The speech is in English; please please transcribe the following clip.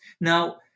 Now